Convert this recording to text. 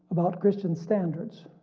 about christian standards